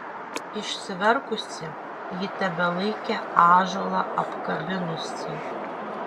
išsiverkusi ji tebelaikė ąžuolą apkabinusi